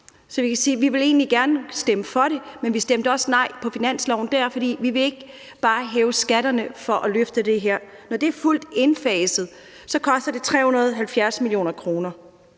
at vi egentlig gerne ville stemme for det, men vi sagde også nej til det på finansloven, for vi vil ikke bare hæve skatterne for at løfte det her. Når det er fuldt indfaset, koster det 370 mio. kr.